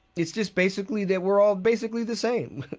it's just basically that we're all basically the same.